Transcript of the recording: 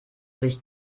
sich